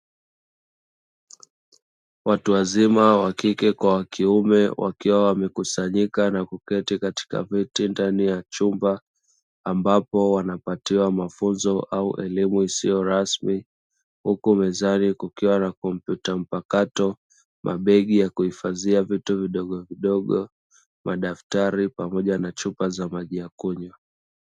Watu wazima wa kike kwa kiume wakiwa, wamekusanyika na kuketi katika viti ndani ya chumba, ambapo wanapatiwa mafunzo au elimu isiyo rasmi; huku mezani kukiwa na: kompyuta mpakato, mabegi ya kuhifadhia vitu vidogovidogo, madaftari pamoja na chupa za maji ya kunywa.